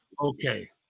Okay